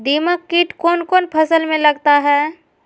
दीमक किट कौन कौन फसल में लगता है?